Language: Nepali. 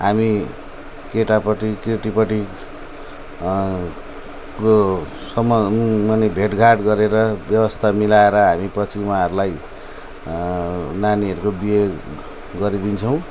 हामी केटापट्टि केटीपट्टि को सम्म माने भेटघाट गरेर व्यवस्था मिलाएर हामी पछि उहाँहरूलाई नानीहरूको बिहे गरिदिन्छौँ